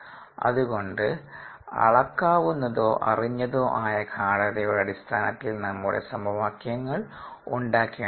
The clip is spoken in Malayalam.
അതുകൊണ്ട് അളക്കാവുന്നതോ അറിഞ്ഞതോ ആയ ഗാഢതയുടെ അടിസ്ഥാനത്തിൽ നമ്മുടെ സമവാക്യങ്ങൾ ഉണ്ടാക്കേണ്ടതുണ്ട്